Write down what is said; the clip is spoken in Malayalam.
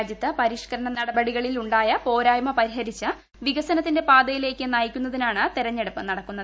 രാജ്യത്ത് പരിഷ്കരണ നടപടികളിലുണ്ടായ പോരായ്മ പരിഹരിച്ച് വികനത്തിന്റെ പാതയിലേക്ക് നയിക്കുന്നതിനാണ് തെരഞ്ഞെടുപ്പ് നടക്കുന്നത്